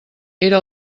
era